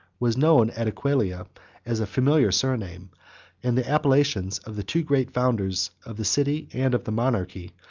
was known at aquileia as a familiar surname and the appellations of the two great founders, of the city and of the monarchy,